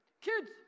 Kids